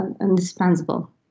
indispensable